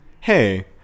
hey